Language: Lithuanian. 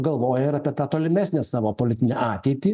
galvoja ir apie tą tolimesnę savo politinę ateitį